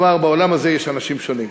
הוא אמר, בעולם הזה יש אנשים שונים,